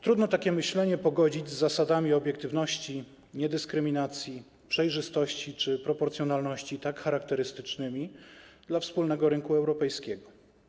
Trudno takie myślenie pogodzić z zasadami obiektywności, niedyskryminacji, przejrzystości czy proporcjonalności, tak charakterystycznymi dla wspólnego rynku europejskiego.